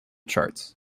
charts